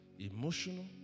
emotional